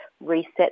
reset